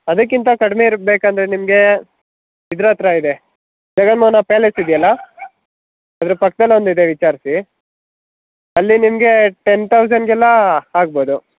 ಅದಕ್ಕಿಂತ ಕಡಿಮೆ ಇರಬೇಕಂದ್ರೆ ನಿಮಗೆ ಇದ್ರ ಹತ್ರ ಇದೆ ಜಗನ್ಮೋಹನ ಪ್ಯಾಲೆಸ್ ಇದೆಯಲ್ಲ ಅದ್ರ ಪಕ್ದಲ್ಲಿ ಒಂದು ಇದೆ ವಿಚಾರ್ಸಿ ಅಲ್ಲಿ ನಿಮಗೆ ಟೆನ್ ತೌಸನ್ಗೆಲ್ಲ ಆಗ್ಬೌದು